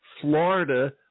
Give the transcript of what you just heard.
Florida